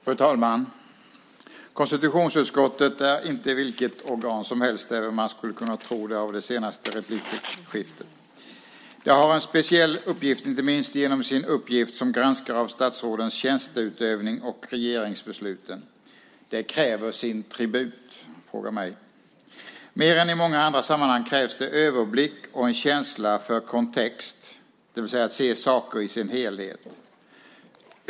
Fru talman! Konstitutionsutskottet är inte vilket organ som helst, även om man skulle kunna tro det när man lyssnar på det senaste replikskiftet. Det har en speciell uppgift, inte minst som granskare av statsrådens tjänsteutövning och regeringsbesluten. Det kräver sin tribut. Fråga mig! Mer än i många andra sammanhang krävs det överblick och en känsla för kontext, det vill säga att se saker i sin helhet.